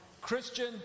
Christian